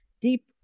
deep